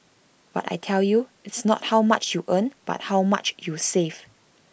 but I tell you it's not how much you earn but how much you save